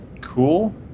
cool